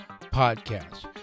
podcast